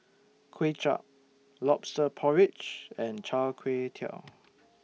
Kuay Chap Lobster Porridge and Char Kway Teow